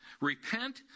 Repent